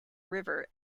river